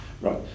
right